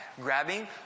grabbing